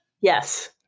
Yes